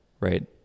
right